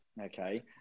okay